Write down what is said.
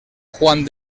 juan